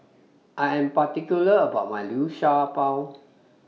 I Am particular about My Liu Sha Bao